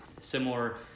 similar